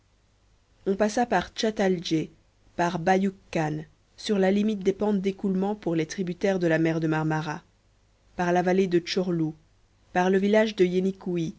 on passa par tchalaldjé par bayuk khan sur la limite des pentes d'écoulement pour les tributaires de la mer de marmara par la vallée de tchorlou par le village de